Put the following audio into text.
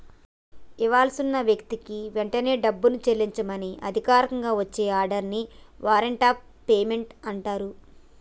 ఇవ్వాల్సి ఉన్న వ్యక్తికి వెంటనే డబ్బుని చెల్లించమని అధికారికంగా వచ్చే ఆర్డర్ ని వారెంట్ ఆఫ్ పేమెంట్ అంటరు